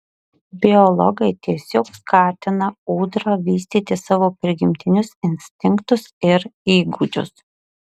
biologai tiesiog skatina ūdra vystyti savo prigimtinius instinktus ir įgūdžius